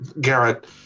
Garrett